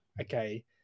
okay